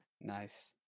Nice